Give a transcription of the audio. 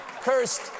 Cursed